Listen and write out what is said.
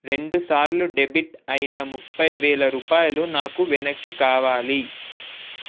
రెండుసార్లు డెబిట్ అయిన ముప్పైవేల రూపాయలు నాకు వెనక్కి కావాలి